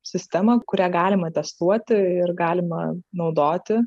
sistemą kurią galima testuoti ir galima naudoti